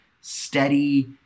steady